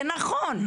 ונכון,